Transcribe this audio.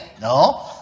No